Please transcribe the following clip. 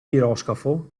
piroscafo